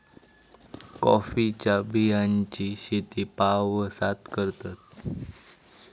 कॉफीच्या बियांची शेती पावसात करतत